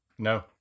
No